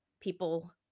people